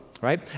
Right